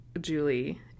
Julie